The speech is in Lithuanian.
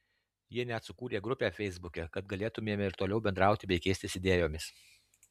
jie net sukūrė grupę feisbuke kad galėtumėme ir toliau bendrauti bei keistis idėjomis